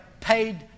paid